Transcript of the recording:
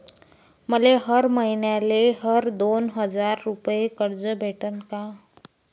मले हर मईन्याले हर दोन हजार रुपये कर्ज भेटन का?